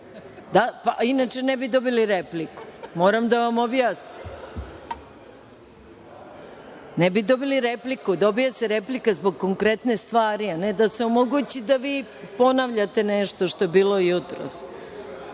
inače ne bi dobili repliku. Moram da vam objasnim. Ne bi dobili repliku. Dobija se replika zbog konkretne stvari, a ne da se omogući da vi ponavljate nešto što je bilo